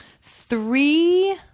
Three